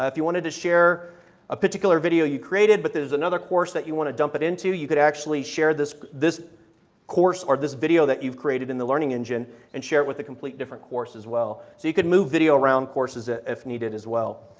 if you wanted to share a particular video you created but there is another course that you want to dump it into, you can actually share this this course or thus video that you've created in the learning engine and share it with a complete different course as well. you could move video around courses ah if needed as well.